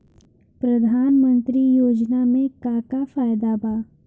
प्रधानमंत्री योजना मे का का फायदा बा?